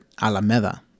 Alameda